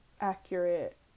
accurate